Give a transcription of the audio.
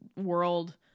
world